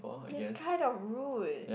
it's kind of rude